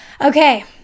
Okay